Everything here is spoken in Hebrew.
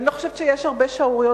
אני לא חושבת שיש בעיר הזאת הרבה שערוריות